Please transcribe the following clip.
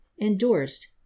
Endorsed